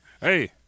Hey